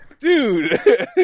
Dude